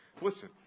Listen